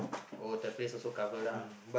oh the place also cover lah